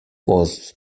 was